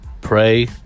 pray